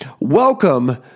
Welcome